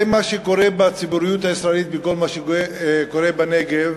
זה מה שקורה בציבוריות הישראלית בכל מה שקורה בנגב.